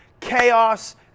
chaos